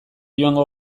joango